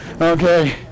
Okay